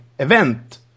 event